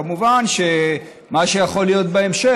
כמובן שמה שיכול להיות בהמשך,